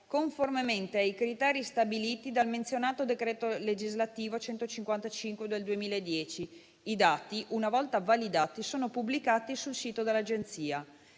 conformemente ai criteri stabiliti dal menzionato decreto legislativo n. 155 del 2010. I dati, una volta validati, sono pubblicati sul sito dell'Agenzia.